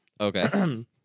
Okay